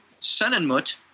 Senenmut